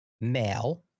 male